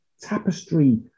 tapestry